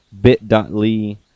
bit.ly